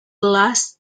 last